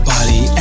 Body